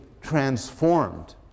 transformed